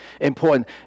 important